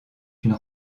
une